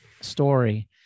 story